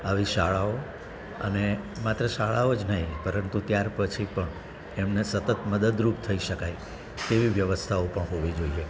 આવી શાળાઓ અને માત્ર શાળાઓ જ નહીં પરંતુ ત્યાર પછી પણ એમને સતત મદદરૂપ થઈ શકાય તેવી વ્યવસ્થાઓ પણ હોવી જોઈએ